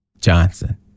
Johnson